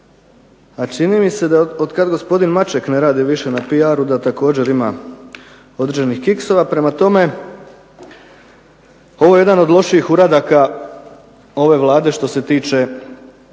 a čini mi se da otkad gospodin Maček ne radi više na PR-u da također ima određenih kiksova, prema tome ovo je jedan od lošijih uradaka ove Vlade što se tiče